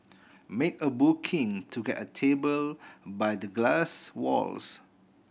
make a booking to get a table by the glass walls